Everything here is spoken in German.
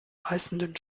reißenden